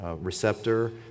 receptor